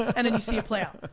and then you see it play out.